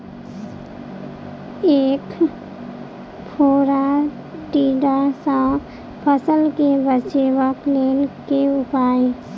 ऐंख फोड़ा टिड्डा सँ फसल केँ बचेबाक लेल केँ उपाय?